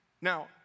Now